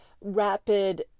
rapid